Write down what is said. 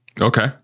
Okay